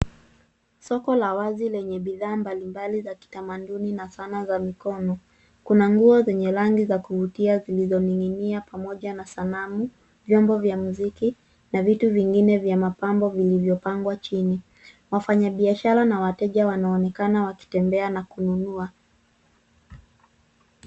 Soko la wazi lenye bidhaa mbalimbali za kitamaduni na sanaa za mikono. Kuna nguo zenye rangi za kuvutia zilizoning'inia pamoja na sanamu, vyombo vya muziki na vitu vingine vya mapambo vilivyopangwa chini. Wafanyabiashara na wateja wanaonekana wakitembea na kununua.